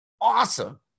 awesome